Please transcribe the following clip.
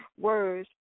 words